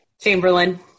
Chamberlain